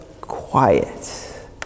quiet